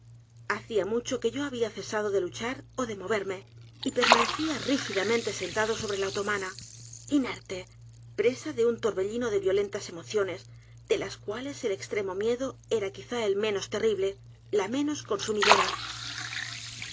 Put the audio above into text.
hacía mucho que yo había cesado de luchar ó de moverme y permanecía rígidamente sentado sobre la otomana inerte presa de un torbellino de violentas emociones de las cuales el extremo miedo era quizá la menos terrible la menos consumidora